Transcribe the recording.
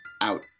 out